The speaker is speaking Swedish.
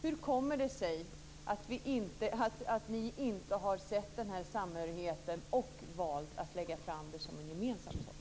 Hur kommer det sig att ni inte har sett den här samhörigheten och valt att lägga fram det som ett gemensamt förslag?